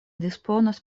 disponas